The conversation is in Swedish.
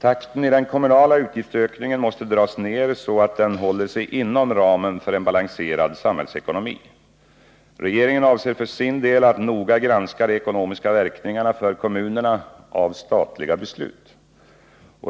Takten i den kommunala utgiftsökningen måste dras ned så att den håller sig inom ramen för en balanserad samhällsekonomi. Regeringen avser för sin del att noga granska de ekonomiska verkningarna för kommunerna av statliga beslut.